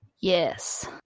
Yes